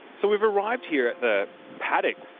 so we've arrived here at the paddock.